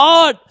God